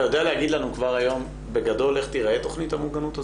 אתה יודע להגיד לנו כבר היום בגדול איך תיראה תוכנית המוגנות הזו?